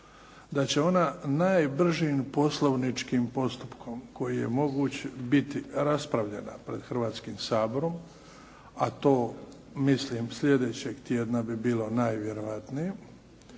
da će ona najbržim poslovničkim postupkom koji je moguć biti raspravljena pred Hrvatskim saborom, a to mislim sljedećeg tjedna bi bilo najvjerojatnije